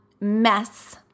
mess